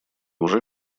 уже